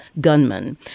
gunman